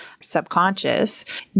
subconscious